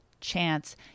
chance